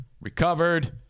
recovered